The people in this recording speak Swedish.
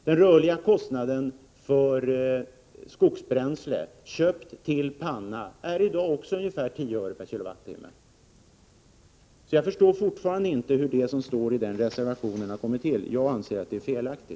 Den rörliga kostnaden för skogsbränsle, före panna, uppgår också den till ungefär 10 öre per kilowattimme. Jag förstår alltså fortfarande inte skrivningen i reservationen. Jag anser att den är felaktig.